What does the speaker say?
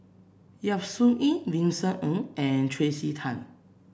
Yap Su Yin Vincent Ng and Tracey Tan